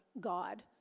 God